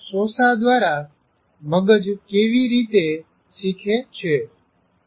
સોસા દ્વારા -" મગજ કેવી રીતે શીખે છે"